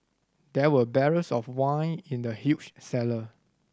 there were barrels of wine in the huge cellar